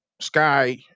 Sky